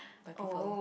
by people